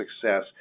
success